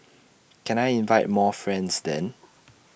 can I invite more friends then